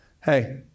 Hey